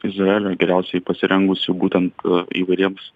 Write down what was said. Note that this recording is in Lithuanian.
izraelio geriausiai pasirengusi būtent a įvairiems